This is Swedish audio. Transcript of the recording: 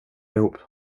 ihop